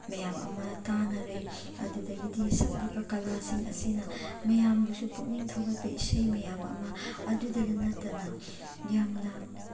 ꯃꯌꯥꯝ ꯑꯃ ꯇꯥꯅꯔꯦ ꯑꯗꯨꯗꯒꯤꯗꯤ ꯁꯛꯂꯤꯕ ꯀꯂꯥꯁꯤꯡ ꯑꯁꯤꯅ ꯃꯌꯥꯝꯕꯨꯁꯨ ꯄꯨꯛꯅꯤꯡ ꯊꯧꯒꯠꯄ ꯏꯁꯩ ꯃꯌꯥꯝ ꯑꯃ ꯑꯗꯨꯗꯗ ꯅꯠꯇꯅ ꯌꯥꯝꯅ